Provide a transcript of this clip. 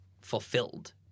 fulfilled